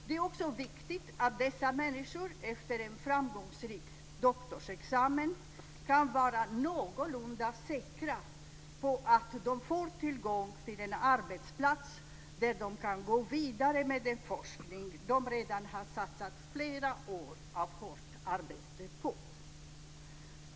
Det är också viktigt att dessa människor efter en framgångsrik doktorsexamen kan vara någorlunda säkra på att de får tillgång till en arbetsplats där de kan gå vidare med den forskning de redan har satsat flera år av hårt arbete på.